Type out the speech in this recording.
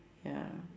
ya